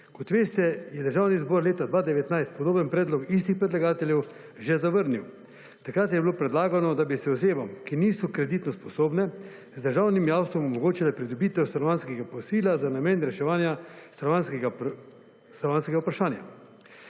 kot veste je Državni zbor leta 2019 podoben predlog istih predlagateljev že zavrnil. Takrat je bilo predlagano, da bi se osebam, ki niso kreditno sposobne, z državnim jamstvom omogočile pridobitev stanovanjskega posojila 66. TRAK: (AJ) – 14.25 (nadaljevanje)